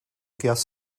guest